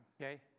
okay